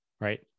right